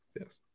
Yes